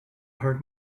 hurt